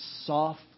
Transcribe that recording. soft